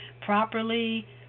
properly